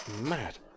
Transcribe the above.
mad